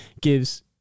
gives